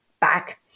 back